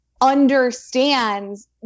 understands